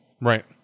right